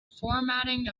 formatting